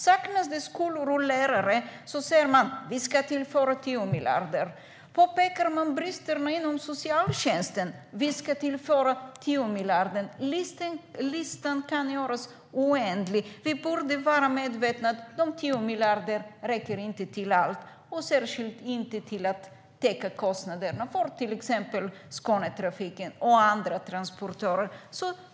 Saknas det skolor och lärare säger man att 10 miljarder ska tillföras. Om det påpekas att det finns brister inom socialtjänsten ska man tillföra 10 miljarder. Listan kan göras oändlig. Vi borde vara medvetna om att de 10 miljarderna inte räcker till allt, särskilt inte till att täcka kostnaderna för till exempel Skånetrafiken och andra transportörer.